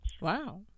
Wow